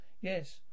yes